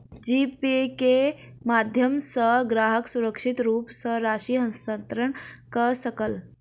जी Pay के माध्यम सॅ ग्राहक सुरक्षित रूप सॅ राशि हस्तांतरण कय सकल